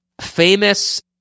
famous